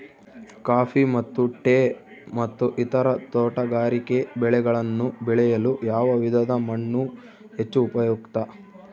Coffee ಮತ್ತು tea ಮತ್ತು ಇತರ ತೋಟಗಾರಿಕೆ ಬೆಳೆಗಳನ್ನು ಬೆಳೆಯಲು ಯಾವ ವಿಧದ ಮಣ್ಣು ಹೆಚ್ಚು ಉಪಯುಕ್ತ?